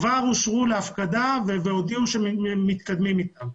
כבר אושרו להפקדה והודיעו שמתקדמים אתם.